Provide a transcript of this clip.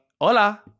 Hola